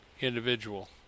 individual